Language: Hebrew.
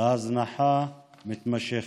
להזנחה מתמשכת.